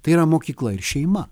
tai yra mokykla ir šeima